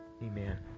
Amen